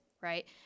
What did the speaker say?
right